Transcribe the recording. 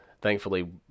thankfully